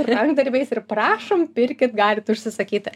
rankdarbiais ir prašom pirkit galit užsisakyti